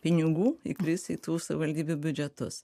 pinigų įkris į tų savivaldybių biudžetus